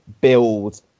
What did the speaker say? build